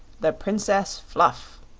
the princess fluff.